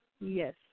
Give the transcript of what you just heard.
Yes